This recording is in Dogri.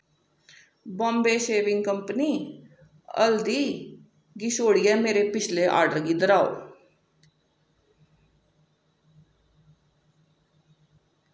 बाम्बे शेविंग कंपनी हल्दी गी छोड़ियै मेरे पिछले आर्डर गी दर्हाओ